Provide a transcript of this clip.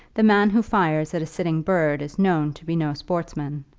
the man who fires at a sitting bird is known to be no sportsman.